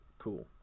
Cool